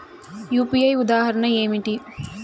UPI ఉదాహరణ ఏమిటి?